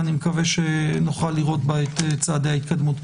ואני מקווה שנוכל לראות בו את צעדי ההתקדמות.